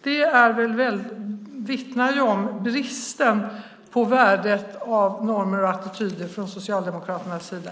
Det vittnar ju om bristen på värdering när det gäller normer och attityder från Socialdemokraternas sida.